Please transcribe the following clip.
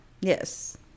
yes